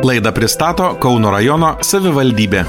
laidą pristato kauno rajono savivaldybė